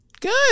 Good